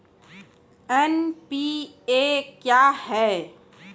NPA क्या हैं?